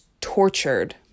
tortured